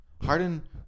harden